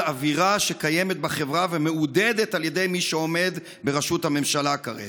אווירה שקיימת בחברה ומעודדת על ידי מי שעומד בראשות הממשלה כרגע.